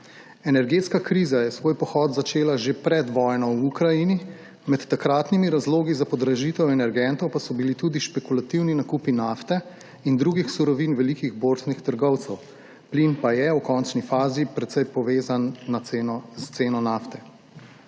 Energetska kriza je svoj pohod začela že pred vojno v Ukrajini. Med takratnimi razlogi za podražitev energentov pa so bili tudi špekulativni nakupi nafte in drugih surovin velikih borznih trgovcev, plin pa je v končni fazi precej povezan s ceno nafte.